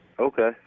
Okay